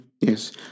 yes